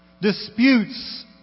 disputes